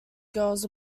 girls